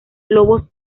lobos